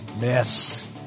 Miss